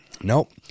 Nope